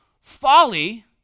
Folly